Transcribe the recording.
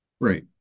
Right